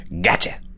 Gotcha